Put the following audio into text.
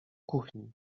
kuchni